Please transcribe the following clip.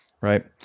right